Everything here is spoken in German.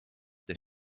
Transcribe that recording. der